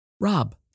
Rob